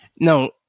No